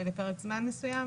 דחייה לפרק זמן מסוים.